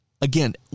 again